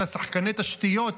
אלא שחקני תשתיות,